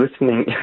listening